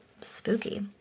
spooky